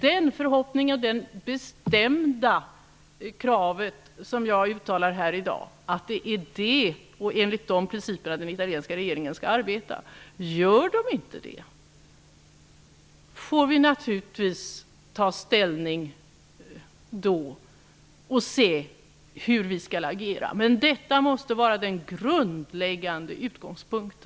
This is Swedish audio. Den förhoppning och det bestämda krav som jag uttalar här i dag är att det är enligt dessa principer som den italienska regeringen skall arbeta. Gör den inte det, får vi naturligtvis då ta ställning och se hur vi skall agera. Men detta måste vara den grundläggande utgångspunkten.